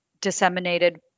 disseminated